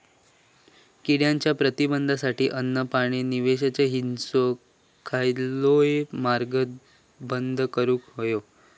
किड्यांच्या प्रतिबंधासाठी अन्न, पाणी, निवारो हेंचो खयलोय मार्ग बंद करुक होयो